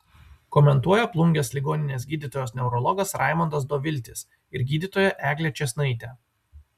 komentuoja plungės ligoninės gydytojas neurologas raimondas doviltis ir gydytoja eglė čėsnaitė